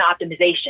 optimization